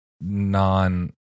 non-